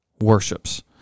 worships